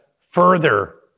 further